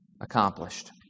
accomplished